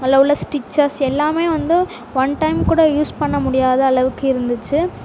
அதில் உள்ள ஸ்டிச்சஸ் எல்லாம் வந்து ஒன் டைம் கூட யூஸ் பண்ண முடியாத அளவுக்கு இருந்துச்சு